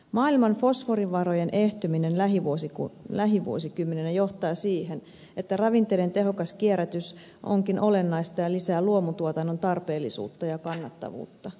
maailman fosforivarojen ehtyminen lähivuosikymmeninä johtaa siihen että ravinteiden tehokas kierrätys onkin olennaista ja lisää luomutuotannon tarpeellisuutta ja kannattavuutta